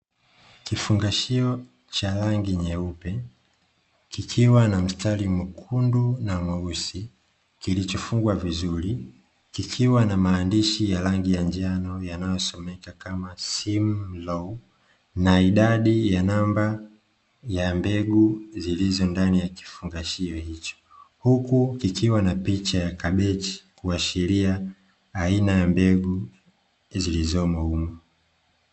Kifungashio cha rangi nyeupe kikiwa na mstari mwekundu na mweusi, kilichofungwa vizuri; kikiwa na maandishi ya rangi ya njano yanayosomeka kama "Simlaw" na idadai ya namba ya mbegu zilizo ndani ya kifungashio hicho. Huku kikiwa na picha ya kabichi kuashiria aina ya mbegu zilizomo humo.